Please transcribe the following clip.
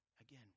Again